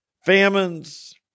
famines